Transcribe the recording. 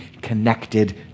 connected